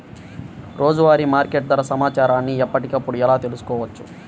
రోజువారీ మార్కెట్ ధర సమాచారాన్ని ఎప్పటికప్పుడు ఎలా తెలుసుకోవచ్చు?